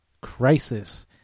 crisis